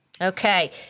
Okay